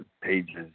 pages